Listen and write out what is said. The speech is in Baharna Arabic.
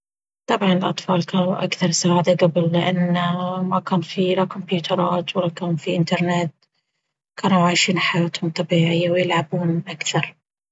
طبعا الأطفال كانوا أكثر سعادة قبل لأن ماكان في لا كمبيوترات ولا كان فيه انترنت كانوا عايشين حياتهم طبيعية ويلعبون أكثر.